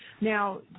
Now